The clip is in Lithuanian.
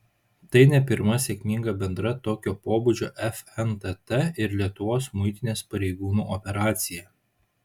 tai ne pirma sėkminga bendra tokio pobūdžio fntt ir lietuvos muitinės pareigūnų operacija